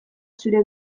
zure